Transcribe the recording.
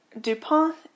Dupont